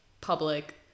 public